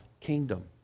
kingdom